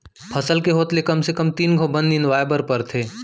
फसल के होत ले कम से कम तीन घंव बन निंदवाए बर परथे